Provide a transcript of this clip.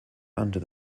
under